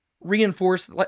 reinforce